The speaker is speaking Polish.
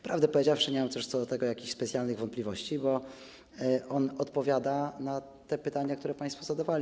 Prawdę powiedziawszy, nie mam też co do tego jakichś specjalnych wątpliwości, bo on odpowiada na te pytania, które państwo zadawali.